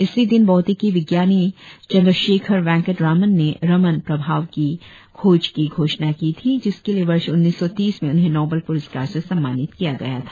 इसी दिन भौतिकी विज्ञानी चन्द्रशेखर वेंकट रामन ने रमन प्रभाव की खोज की घोषणा की थी जिसके लिए वर्ष उन्नीस सौ तीस में उन्हें नोबल प्रस्कार से सम्मानित किया गया था